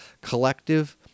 collective